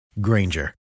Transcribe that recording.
Granger